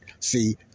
See